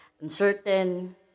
uncertain